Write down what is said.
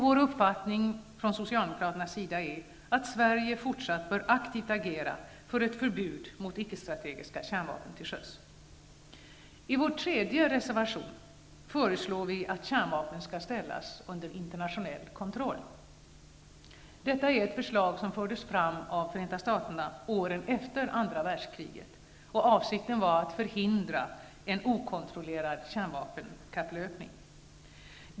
Vår uppfattning -- från Socialdemokraternas sida -- är att Sverige fortsatt bör aktivt agera för ett förbud mot icke-strategiska kärnvapen till sjöss. I vår tredje reservation föreslår vi att kärnvapen skall ställas under internationell kontroll. Detta är ett förslag som fördes fram av Förenta staterna åren efter andra världskriget. Avsikten var att förhindra en okontrollerad kärnvapenkapplöpning.